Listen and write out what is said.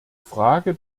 frage